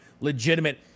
legitimate